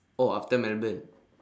oh after melbourne